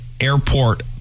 airport